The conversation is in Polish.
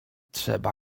trzeba